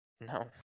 No